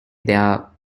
there